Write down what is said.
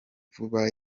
vuba